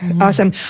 Awesome